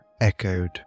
echoed